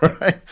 right